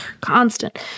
Constant